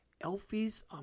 Elfie's